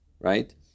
right